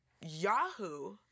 Yahoo